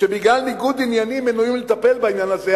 שבגלל ניגוד עניינים מנועים מלטפל בעניין הזה,